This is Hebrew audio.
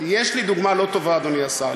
יש לי דוגמה לא טובה, אדוני השר.